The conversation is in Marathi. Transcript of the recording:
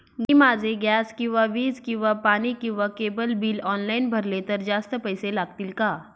मी माझे गॅस किंवा वीज किंवा पाणी किंवा केबल बिल ऑनलाईन भरले तर जास्त पैसे लागतील का?